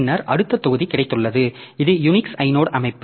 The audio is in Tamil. பின்னர் அடுத்த தொகுதி கிடைத்துள்ளது இது யூனிக்ஸ் ஐனோட் அமைப்பு